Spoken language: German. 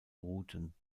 routen